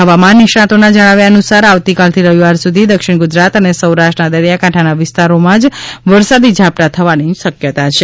હવામાન નિષ્ણાંતોના જણાવ્યા અનુસાર આવતીકાલથી રવિવાર સુધી દક્ષિણ ગુજરાત અને સૌરાષ્ટ્રના દરિયાકાંઠાના વિસ્તારોમાં જ વરસાદી ઝાપટાં થવાની શક્યતા છે